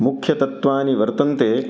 मुख्यतत्त्वानि वर्तन्ते